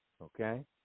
okay